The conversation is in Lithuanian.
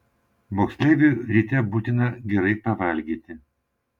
moksleiviui ryte būtina gerai pavalgyti